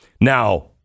Now